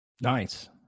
Nice